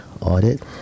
audit